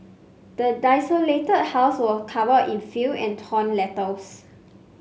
the desolated house was covered in filth and torn letters